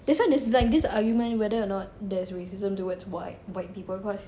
that's why there is like this argument whether or not there is racism towards white white people because